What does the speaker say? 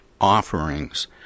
offerings